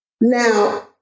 Now